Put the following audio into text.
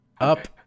Up